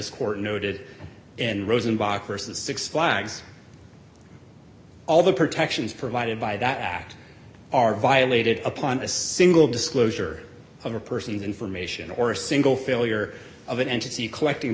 court noted and rosenbach versus six flags all the protections provided by that act are violated upon a single disclosure of a person's information or a single failure of an entity collecting